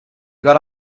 got